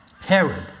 Herod